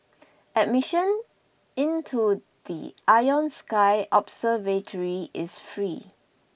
admission into the Ion Sky observatory is free